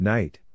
Night